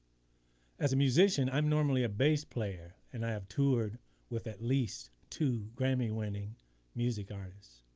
as a musician i'm normally a bass player, and i have toured with at least two grammy winning music artists.